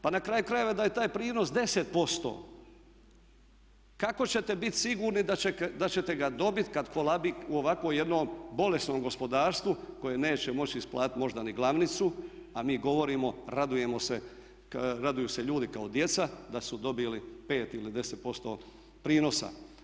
Pa na kraju krajeva da je taj prinos 10% kako ćete bit sigurni da ćete ga dobit kad … u ovako jednom bolesnom gospodarstvu koje neće moći isplatiti možda ni glavnicu, a mi govorimo, radujemo se, raduju se ljudi kao djeca da su dobili 5 ili 10% prinosa.